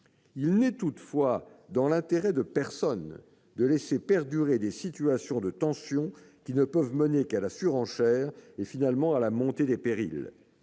Il n'est toutefois dans l'intérêt de personne de laisser perdurer des situations de tensions qui ne peuvent mener qu'à la surenchère et, finalement, à la montée des périls.